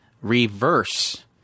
Reverse